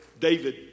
David